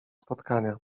spotkania